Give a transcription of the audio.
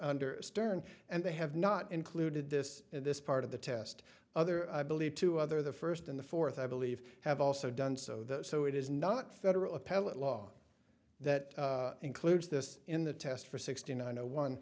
under stern and they have not included this in this part of the test other i believe two other the first in the fourth i believe have also done so those so it is not federal appellate law that includes this in the test for sixty nine no one